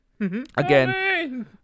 Again